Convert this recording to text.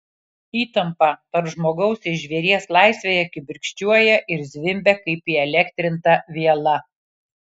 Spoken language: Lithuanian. įtampa tarp žmogaus ir žvėries laisvėje kibirkščiuoja ir zvimbia kaip įelektrinta viela